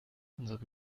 unsere